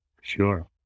sure